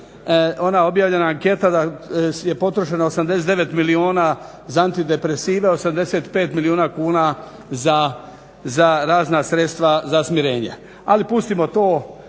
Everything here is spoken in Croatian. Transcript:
ona objavljena anketa da je potrošeno 89 milijuna za antidepresive, 85 milijuna kuna za razna sredstva za smirenje. Ali pustimo to,